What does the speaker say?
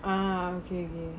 um okay